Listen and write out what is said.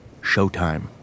Showtime